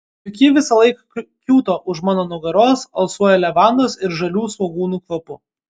juk ji visąlaik kiūto už mano nugaros alsuoja levandos ir žalių svogūnų kvapu